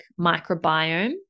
microbiome